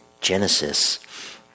Genesis